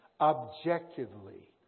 objectively